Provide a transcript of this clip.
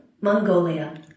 Mongolia